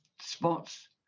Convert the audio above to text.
spots